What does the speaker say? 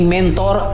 Mentor